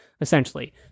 essentially